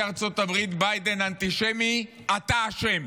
ארצות הברית "ביידן אנטישמי" אתה אשם.